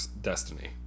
Destiny